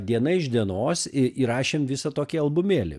diena iš dienos į įrašėme visą tokį albumėlį